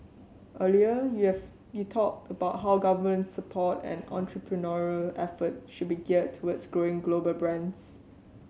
earlier you have you talked about how government support and entrepreneurial effort should be geared towards growing global brands